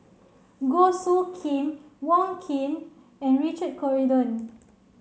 Goh Soo Khim Wong Keen and Richard Corridon